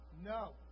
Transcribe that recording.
No